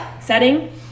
setting